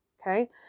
Okay